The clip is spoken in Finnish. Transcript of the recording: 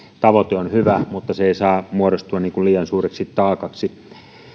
tavoite on hyvä mutta se ei saa muodostua liian suureksi taakaksi